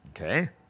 Okay